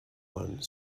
one